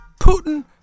Putin